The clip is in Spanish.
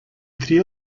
trío